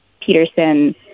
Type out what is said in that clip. peterson